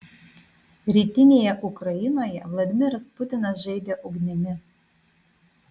rytinėje ukrainoje vladimiras putinas žaidė ugnimi